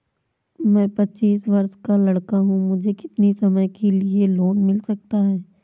मैं पच्चीस वर्ष का लड़का हूँ मुझे कितनी समय के लिए लोन मिल सकता है?